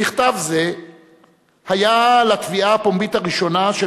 מכתב זה היה לתביעה הפומבית הראשונה של